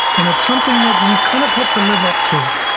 and it's something that we kind of have to live up to.